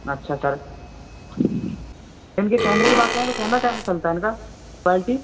अच्छा सर इनकी कैमरे की बात करें तो केेमरा कैसा चलता है इनका क्वायल्टी